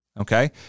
Okay